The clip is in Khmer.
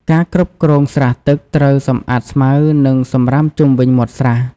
ការគ្រប់គ្រងស្រះទឹកត្រូវសម្អាតស្មៅ និងសំរាមជុំវិញមាត់ស្រះ។